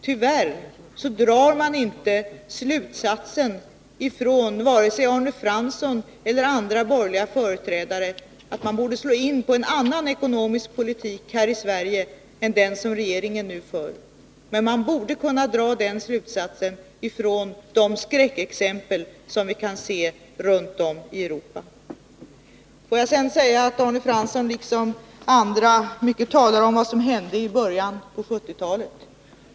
Tyvärr drar inte vare sig Arne Fransson eller andra borgerliga företrädare slutsatsen att man här i Sverige borde slå in på en annan ekonomisk politik än den som regeringen för. Man borde kunna dra den slutsatsen av de skräckexempel som vi kan se runt om i Europa. Arne Fransson liksom andra talar mycket om vad som hände i början på 1970-talet.